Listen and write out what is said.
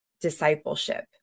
discipleship